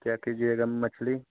क्या कीजिएगा मछली